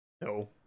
No